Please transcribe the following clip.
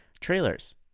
Trailers